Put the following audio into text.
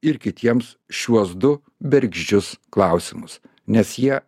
ir kitiems šiuos du bergždžius klausimus nes jie